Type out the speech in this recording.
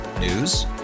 News